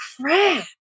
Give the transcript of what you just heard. crap